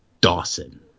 Dawson